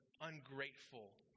ungrateful